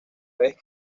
vez